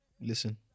Listen